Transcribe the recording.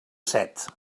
set